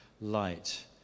light